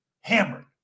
hammered